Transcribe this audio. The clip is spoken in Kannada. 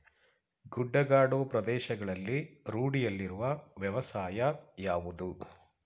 ಗುಡ್ಡಗಾಡು ಪ್ರದೇಶಗಳಲ್ಲಿ ರೂಢಿಯಲ್ಲಿರುವ ವ್ಯವಸಾಯ ಯಾವುದು?